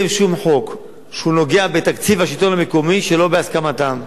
שום חוק שנוגע בתקציב השלטון המקומי שלא בהסכמתן.